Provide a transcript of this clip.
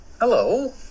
Hello